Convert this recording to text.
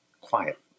quiet